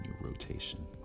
rotation